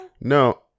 no